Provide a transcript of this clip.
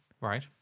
right